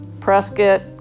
Prescott